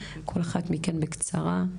כל אחת מכן בקצרה,